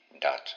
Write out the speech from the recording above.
dot